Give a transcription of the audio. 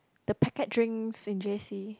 the packet drinks in J_C